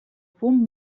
fum